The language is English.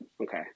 Okay